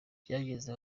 byageze